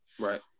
Right